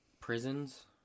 prisons